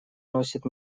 носит